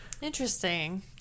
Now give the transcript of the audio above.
Interesting